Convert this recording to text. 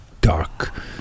dark